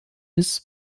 bis